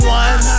one